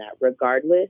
regardless